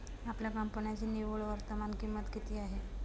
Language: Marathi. आपल्या कंपन्यांची निव्वळ वर्तमान किंमत किती आहे?